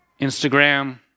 Instagram